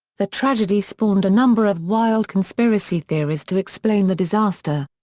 the tragedy spawned a number of wild conspiracy theories to explain the disaster.